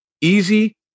easy